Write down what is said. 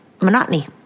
monotony